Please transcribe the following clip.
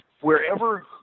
wherever